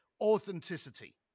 authenticity